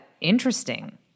interesting